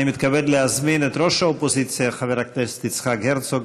אני מתכבד להזמין את ראש האופוזיציה חבר הכנסת יצחק הרצוג,